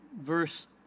verse